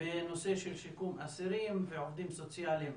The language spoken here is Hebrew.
בנושא של שיקום אסירים ועובדים סוציאליים.